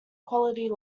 quality